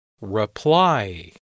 Reply